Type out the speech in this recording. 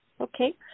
Okay